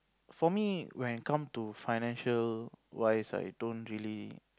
for me when come to financial wise right I don't really